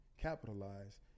capitalize